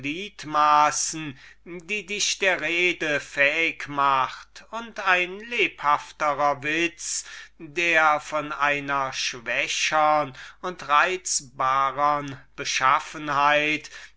die dich der rede fähig macht und ein lebhafterer witz der von einer schwächern und reizbarern beschaffenheit